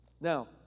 Now